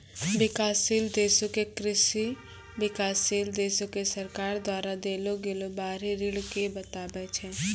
विकासशील देशो के ऋण विकासशील देशो के सरकार द्वारा देलो गेलो बाहरी ऋण के बताबै छै